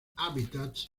hábitats